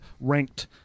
ranked